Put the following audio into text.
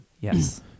Yes